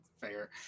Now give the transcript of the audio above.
Fair